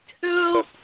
Two